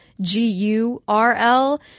G-U-R-L